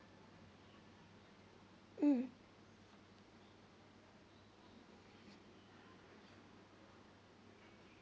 mm